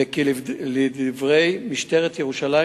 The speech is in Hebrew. לדברי משטרת ירושלים,